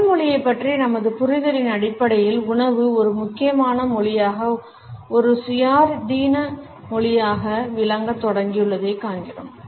உடல் மொழியைப் பற்றிய நமது புரிதலின் அடிப்படையில் உணவு ஒரு முக்கியமான மொழியாக ஒரு சுயாதீன மொழியாக விளங்கத் தொடங்கியுள்ளதைக் காண்கிறோம்